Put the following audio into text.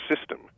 system